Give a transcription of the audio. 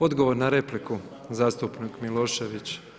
Odgovor na repliku zastupnik Milošević.